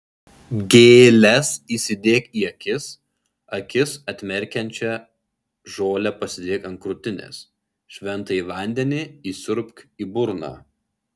gėles įsidėk į akis akis atmerkiančią žolę pasidėk ant krūtinės šventąjį vandenį įsiurbk į burną